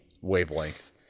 wavelength